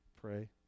Pray